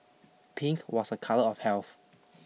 pink was a colour of health